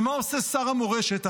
ומה עושה שר המורשת.